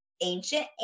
Ancient